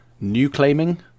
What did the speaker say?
new-claiming